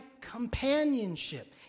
companionship